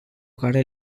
care